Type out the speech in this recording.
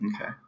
Okay